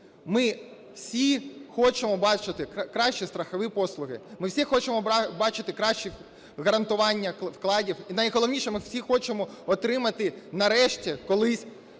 Ми всі хочемо бачити кращі страхові послуги, ми всі хочемо бачити краще гарантування вкладів і найголовніше – ми всі хочемо отримати нарешті колись